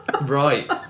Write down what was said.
right